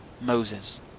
Moses